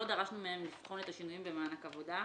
לא דרשנו מהם לבחון את השינויים במענק עבודה.